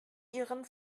ihren